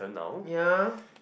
ya